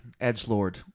Edgelord